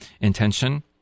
intention